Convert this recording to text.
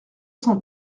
cent